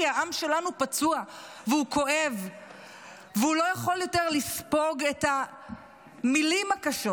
כי העם שלנו פצוע והוא כואב והוא לא יכול יותר לספוג את המילים הקשות,